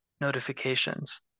notifications